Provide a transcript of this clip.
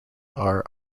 are